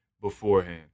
beforehand